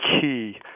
key